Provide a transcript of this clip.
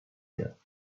year